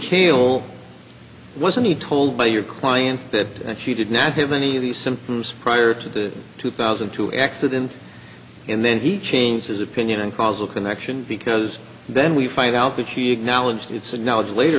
kill wasn't he told by your client that he did not have any of these symptoms prior to the two thousand and two accident and then he changed his opinion on causal connection because then we find out that he acknowledged it's and now it's later